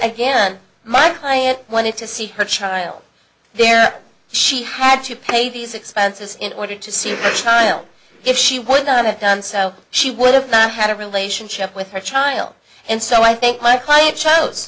again my client wanted to see her child there she had to pay these expenses in order to see the child if she would not have done so she would have not had a relationship with her child and so i think my client cho